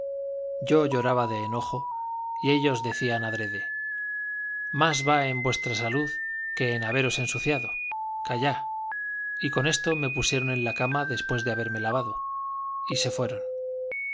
yo lloraba de enojo y ellos decían adrede más va en vuestra salud que en haberos ensuciado callá y con esto me pusieron en la cama después de haberme lavado y se fueron